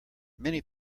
many